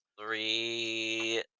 Three